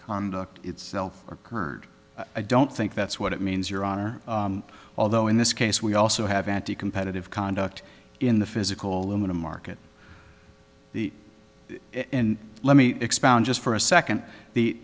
conduct itself occurred i don't think that's what it means your honor although in this case we also have anti competitive conduct in the physical aluminum market the let me expound just for a second the